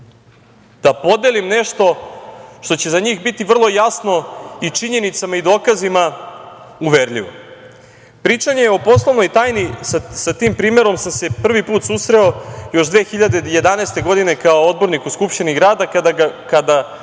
da podelim nešto što će za njih biti vrlo jasno i činjenicama i dokazima uverljivo. Pričanje o poslovnoj tajni sa tim primerom sam se prvi put susreo još 2011. godine, kao odbornik u Skupštini grada kada